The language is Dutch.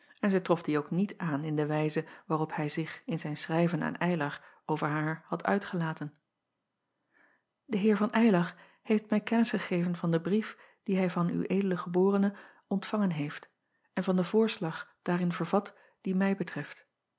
en zij trof die ook niet aan in de wijze waarop hij zich in zijn schrijven aan ylar over haar had uitgelaten e eer van ylar heeft mij kennis gegeven van den brief dien hij van w d eb ontvangen heeft en van den voorslag daarin vervat die mij betreft